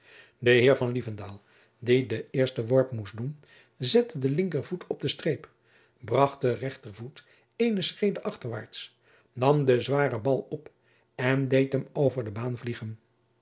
van lievendaal die den eersten worp moest doen zette den linkervoet op den streep bracht den rechtervoet eene schrede achterwaart nam den zwaren bal op en deed hem over de baan vliegen